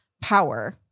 power